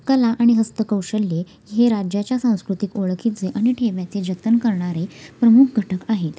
कला आणि हस्तकौशल्ये हे राज्याच्या सांस्कृतिक ओळखीचे आणि ठेव्याचे जतन करणारे प्रमुख घटक आहेत